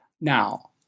Now